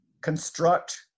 construct